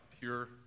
pure